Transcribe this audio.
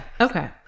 Okay